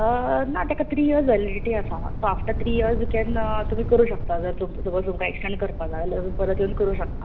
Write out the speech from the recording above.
ना तेका three years validity आसा सो आफटर थ्री इयर्ज तुमी करुं शकता जाय जाल्यार सपोज तुमका एकस्टेंड करु जाय जाल्यार परत येवन करुं शकतां